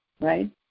right